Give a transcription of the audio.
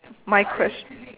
my quest~